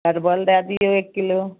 परबल दै दिऔ एक किलो